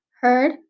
heard